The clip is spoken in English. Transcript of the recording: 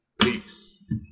peace